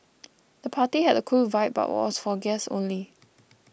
the party had a cool vibe but was for guests only